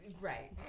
Right